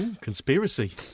Conspiracy